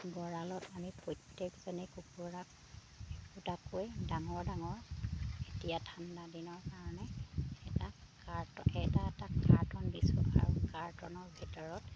গঁৰালত আমি প্ৰত্যেকজনী কুকুৰাক একোটাকৈ ডাঙৰ ডাঙৰ এতিয়া ঠাণ্ডা দিনৰ কাৰণে এটা কাৰ্টন এটা এটা কাৰ্টন দিছোঁ আৰু কাৰ্টনৰ ভিতৰত